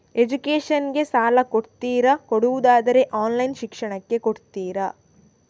Education ಗೆ ಸಾಲ ಕೊಡ್ತೀರಾ, ಕೊಡುವುದಾದರೆ ಆನ್ಲೈನ್ ಶಿಕ್ಷಣಕ್ಕೆ ಕೊಡ್ತೀರಾ?